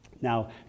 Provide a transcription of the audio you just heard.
Now